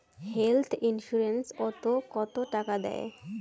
Health insurance ওত কত টাকা দেয়?